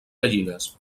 gallines